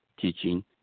teaching